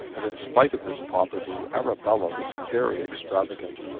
and in spite of this poverty arabella was very extravagant,